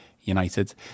United